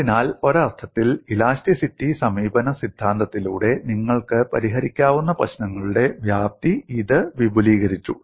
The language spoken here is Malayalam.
അതിനാൽ ഒരർത്ഥത്തിൽ ഇലാസ്റ്റിസിറ്റി സമീപന സിദ്ധാന്തത്തിലൂടെ നിങ്ങൾക്ക് പരിഹരിക്കാവുന്ന പ്രശ്നങ്ങളുടെ വ്യാപ്തി ഇത് വിപുലീകരിച്ചു